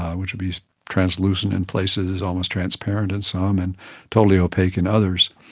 which would be translucent in places, almost transparent in some and totally opaque in others.